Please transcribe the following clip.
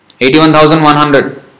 81,100